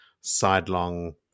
sidelong